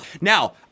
Now